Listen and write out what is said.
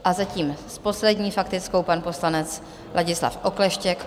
A zatím s poslední faktickou pan poslanec Ladislav Okleštěk.